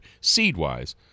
seed-wise